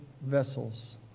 vessels